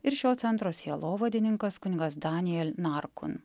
ir šio centro sielovadininkas kunigas daniel narkun